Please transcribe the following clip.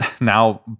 now